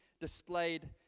displayed